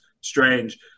strange